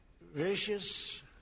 vicious